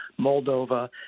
Moldova